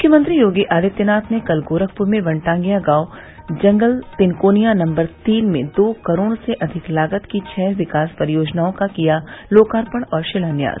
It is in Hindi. मुख्यमंत्री योगी आदित्यनाथ ने कल गोरखप्र में वनटांगिया गाँव जंगल तिनकोनिया नम्बर तीन में दो करोड़ से अधिक लागत की छ विकास परियोजनाओं का किया लोकार्पण और शिलान्यास